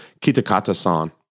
Kitakata-san